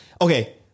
okay